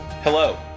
Hello